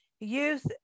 youth